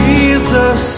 Jesus